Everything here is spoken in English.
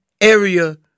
area